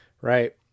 right